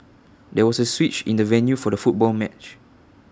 there was A switch in the venue for the football match